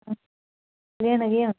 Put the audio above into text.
लेना केह् ऐ